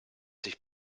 sich